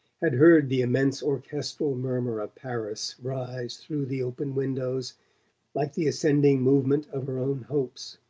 had heard the immense orchestral murmur of paris rise through the open windows like the ascending movement of her own hopes.